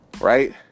right